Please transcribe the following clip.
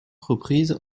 reprises